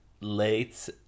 late